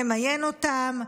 ממיין אותם,